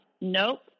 nope